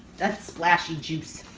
that splashy juice.